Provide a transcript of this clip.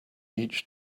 each